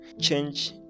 change